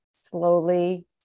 slowly